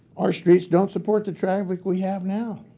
our streets don't support the traffic we have now.